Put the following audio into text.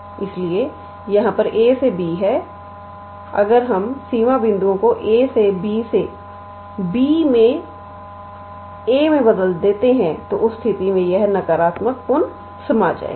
इसलिए यहां हमारे पास a से b है अगर हम सीमा बिंदुओं को a से b से b से a में बदल देते हैं तो उस स्थिति में यह नकारात्मक पुन समा जाएगा